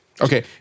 okay